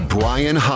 Brian